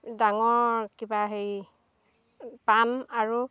ডাঙৰ কিবা হেৰি পাণ আৰু